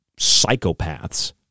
psychopaths